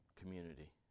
community